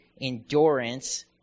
endurance